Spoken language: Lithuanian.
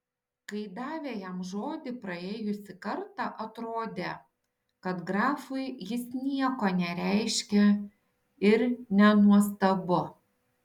kai davė jam žodį praėjusį kartą atrodė kad grafui jis nieko nereiškia ir nenuostabu